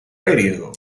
radio